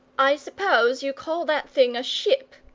i suppose you call that thing a ship,